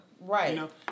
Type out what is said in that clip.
right